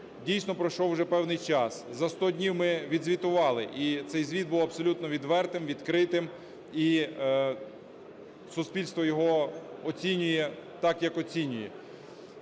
Дійсно, пройшов вже певний час. За 100 днів ми відзвітували. І цей звіт був абсолютно відвертим, відкритим і суспільство його оцінює так, як оцінює.